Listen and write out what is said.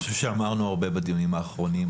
אמרנו הרבה בדיונים האחרונים,